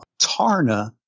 Tarna